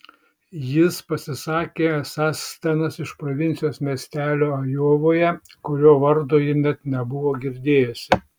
jis pasisakė esąs stenas iš provincijos miestelio ajovoje kurio vardo ji net nebuvo girdėjusi